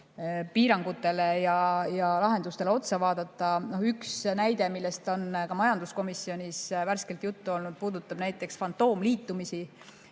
piirangutele ja lahendustele otsa vaadata. Üks näide, millest on ka majanduskomisjonis värskelt juttu olnud, puudutab näiteks fantoomliitumisi,